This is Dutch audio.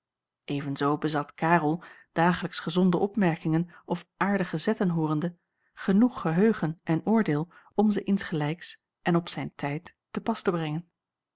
evenzoo bezat karel dagelijks gezonde opmerkingen of aardige zetten hoorende genoeg geheugen en oordeel om ze insgelijks en op zijn tijd te pas te brengen